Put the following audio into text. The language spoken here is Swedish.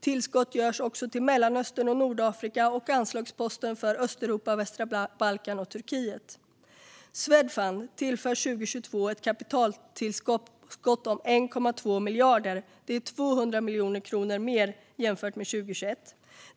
Tillskott görs även till Mellanöstern och Nordafrika och anslagsposten för Östeuropa, västra Balkan och Turkiet. Swedfund tillförs 2022 ett kapitaltillskott om 1,2 miljarder. Det är 200 miljoner kronor mer jämfört med 2021.